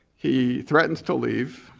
he threatens to leave,